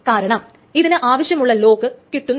കാരണം ഇതിന് ആവശ്യമുള്ള ലോക്ക് കിട്ടുന്നില്ല